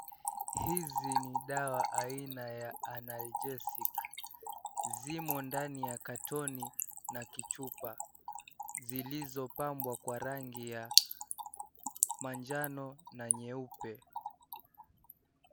Hizi ni dawa aina ya analgesic zimo ndani ya katoni na kichupa ziizopambwa kwa rangi ya manjano na nyeupe.